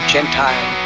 Gentile